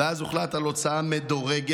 ואז הוחלט על הוצאה מדורגת